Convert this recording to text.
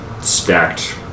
stacked